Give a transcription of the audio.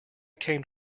came